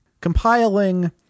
compiling